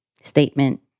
statement